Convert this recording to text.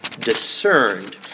discerned